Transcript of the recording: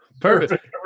perfect